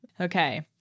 Okay